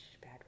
bad